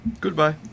Goodbye